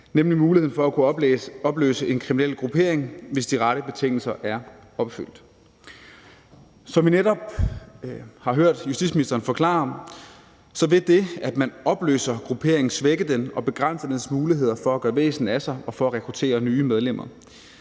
nemlig muligheden for at kunne opløse en kriminel gruppering, hvis de rette betingelser er opfyldt. Som vi netop har hørt justitsministeren forklare, vil det, at man opløser grupperingen, svække den og begrænse dens muligheder for at gøre væsen af sig og for at rekruttere nye medlemmer.